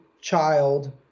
child